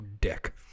dick